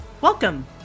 Welcome